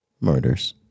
murders